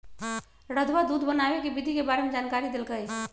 रधवा दूध बनावे के विधि के बारे में जानकारी देलकई